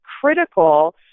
critical